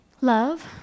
Love